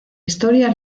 historia